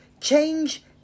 change